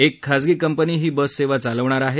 एक खासगी कंपनी ही बस सेवा चालविणार आहे